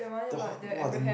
the who~ !wah! the